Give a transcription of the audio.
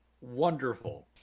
Wonderful